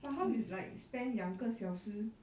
but how you like spend 两个小时